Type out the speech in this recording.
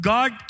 God